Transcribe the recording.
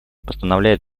постановляет